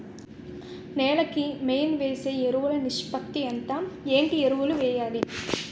నేల కి మెయిన్ వేసే ఎరువులు నిష్పత్తి ఎంత? ఏంటి ఎరువుల వేయాలి?